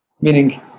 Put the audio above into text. Meaning